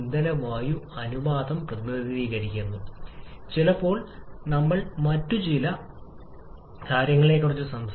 കാരണം തുല്യ അനുപാതത്തിന്റെ കാര്യത്തിൽ ϕ 1 എന്നത് മിശ്രിതം ϕ 1 നമ്മൾ സമ്പന്നമായ മിശ്രിതത്തെക്കുറിച്ച് സംസാരിച്ചു